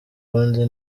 ubundi